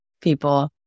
people